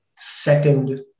second